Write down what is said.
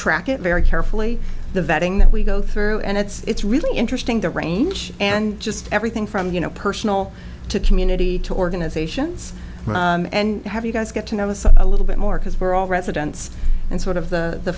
track it very carefully the vetting that we go through and it's really interesting the range and just everything from you know personal to community to organizations and have you guys get to know us a little bit more because we're all residents and sort of the